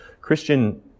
Christian